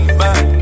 back